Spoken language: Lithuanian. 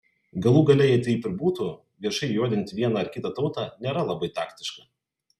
galų gale jei taip ir būtų viešai juodinti vieną ar kitą tautą nėra labai taktiška